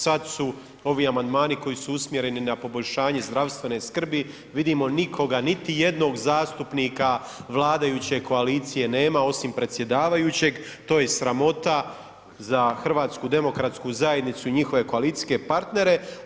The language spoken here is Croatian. Sad su ovi amandmani koji su usmjereni na poboljšanje zdravstvene skrbi, vidimo nikoga, niti jednog zastupnika vladajuće koalicije nema osim predsjedavajućeg, to je sramota za HDZ i njihove koalicijske partnere.